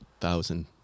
Thousand